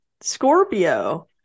Scorpio